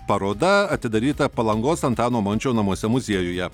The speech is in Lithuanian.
paroda atidaryta palangos antano mončio namuose muziejuje